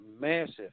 massive